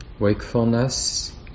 wakefulness